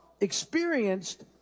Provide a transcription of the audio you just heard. experienced